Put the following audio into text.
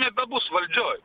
nebebus valdžioj